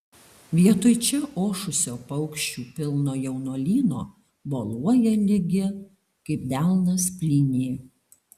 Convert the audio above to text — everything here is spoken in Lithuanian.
vietoj čia ošusio paukščių pilno jaunuolyno boluoja lygi kaip delnas plynė